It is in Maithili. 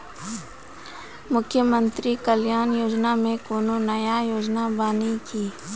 मुख्यमंत्री कल्याण योजना मे कोनो नया योजना बानी की?